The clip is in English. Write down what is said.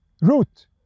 root